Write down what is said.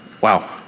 Wow